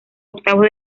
octavos